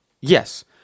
Yes